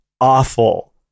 awful